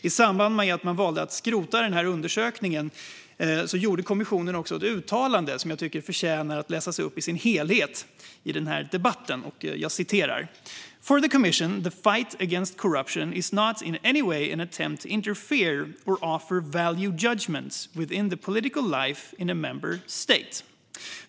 I samband med att man valde att skrota undersökningen gjorde kommissionen också ett uttalande som jag tycker förtjänar att läsas upp i sin helhet i denna debatt: "For the commission, the fight against corruption is not in any way an attempt to interfere or offer value judgments within the political life in a member state."